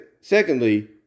secondly